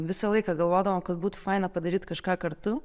visą laiką galvodavom kad būtų faina padaryt kažką kartu